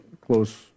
close